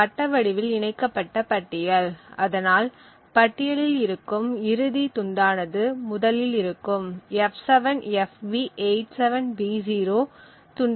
இது வட்ட வடிவில் இணைக்கப்பட்ட பட்டியல் அதனால் பட்டியலில் இருக்கும் இறுதி துண்டானது முதலில் இருக்கும் f7fb87b0 துண்டினை சுட்டிக் காட்டுகிறது